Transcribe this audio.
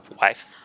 wife